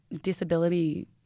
disability